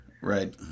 right